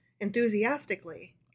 enthusiastically